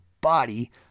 body